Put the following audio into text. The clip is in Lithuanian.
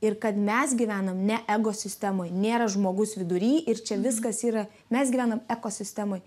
ir kad mes gyvenam ne ego sistemoj nėra žmogus vidury ir čia viskas yra mes gyvenam ekosistemoj